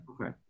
Okay